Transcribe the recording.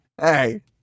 hey